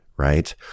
Right